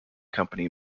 company